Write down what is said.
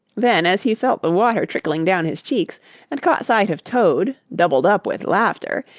then, as he felt the water trickling down his cheeks and caught sight of toad, doubled up with laughter,